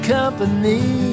company